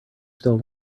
still